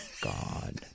God